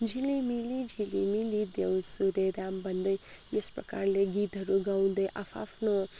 भन्दै यस प्रकारले गीतहरू गाउँदै आआफ्नो